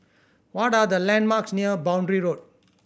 what are the landmarks near Boundary Road